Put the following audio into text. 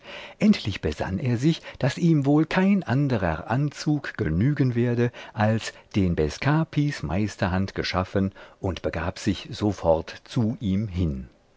endlich besann er sich daß ihm wohl kein anderer anzug genügen werde als den bescapis meisterhand geschaffen und begab sich sofort zu ihm hin